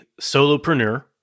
solopreneur